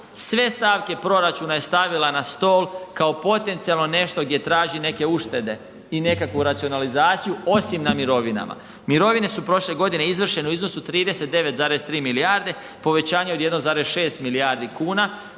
sve stavke proračuna je stavila na stol kao potencijalno nešto gdje traži neke uštede i nekakvu racionalizaciju, osim na mirovinama. Mirovine su prošle godine izvršene u iznosu 39,3 milijarde, povećanje od 1,6 milijardi kuna,